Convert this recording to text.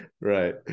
right